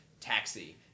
taxi